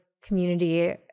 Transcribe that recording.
community